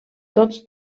tots